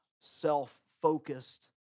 self-focused